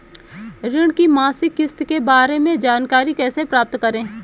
ऋण की मासिक किस्त के बारे में जानकारी कैसे प्राप्त करें?